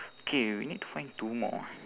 K we need to find two more